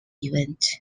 event